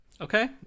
Okay